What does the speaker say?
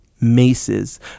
Maces